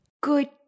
Good